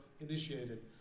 initiated